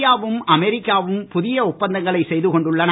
இந்தியாவும் அமெரிக்காவும் புதிய ஒப்பந்தங்களை செய்து கொண்டுள்ளன